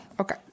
okay